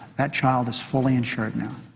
that child is fully insured now.